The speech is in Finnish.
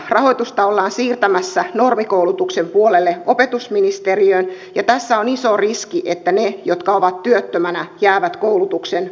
rahoitusta ollaan siirtämässä normikoulutuksen puolelle opetusministeriöön ja tässä on iso riski että ne jotka ovat työttöminä jäävät koulutuksen ulkopuolelle